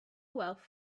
wealth